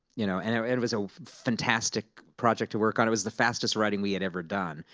you know and it it was a fantastic project to work on. it was the fastest writing we had ever done.